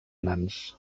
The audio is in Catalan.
nans